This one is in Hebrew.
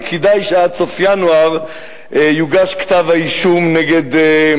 וכדאי שעד סוף ינואר יוגש כתב-האישום נגד,